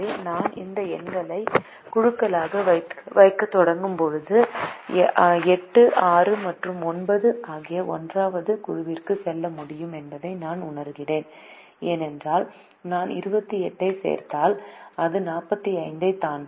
எனவே நான் இந்த எண்களை குழுக்களாக வைக்கத் தொடங்கும்போது 8 6 மற்றும் 9 ஆகியவை 1 வது குழுவிற்குச் செல்ல முடியும் என்பதை நான் உணர்கிறேன் ஏனென்றால் நான் 28 ஐச் சேர்த்தால் அது 45 ஐத் தாண்டும்